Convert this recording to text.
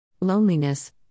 Loneliness